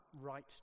right